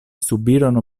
subirono